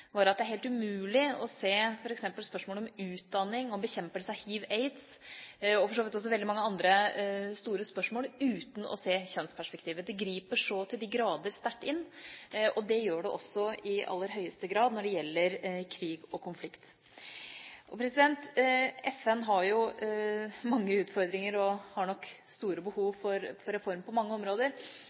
var at det er helt umulig å se f.eks. spørsmålet om utdanning og bekjempelse av hiv/aids, og for så vidt også veldig mange andre store spørsmål, uten å se kjønnsperspektivet. Det griper så til de grader sterkt inn, og det gjør det også i aller høyeste grad når det gjelder krig og konflikt. FN har mange utfordringer og har nok store behov for reform på mange områder.